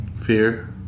Fear